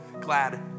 glad